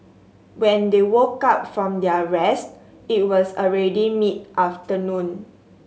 when they woke up from their rest it was already mid afternoon